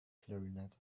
clarinet